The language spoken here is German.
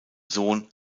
sohn